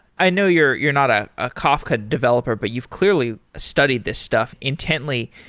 i know you're you're not a ah kafka developer, but you've clearly studied this stuff intently.